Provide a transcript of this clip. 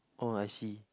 oh I see